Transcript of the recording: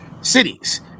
cities